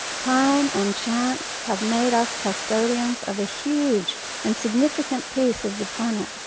time and chance have made us custodians of a huge and significant piece of the planet.